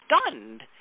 stunned